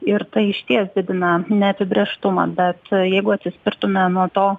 ir tai išties didina neapibrėžtumą bet jeigu atsispirtume nuo to